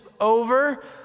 over